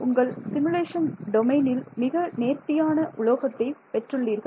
உங்கள் சிமுலேஷன் டொமைனில் மிக நேர்த்தியான உலோகத்தை பெற்றுள்ளீர்கள்